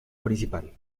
principal